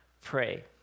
pray